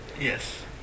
Yes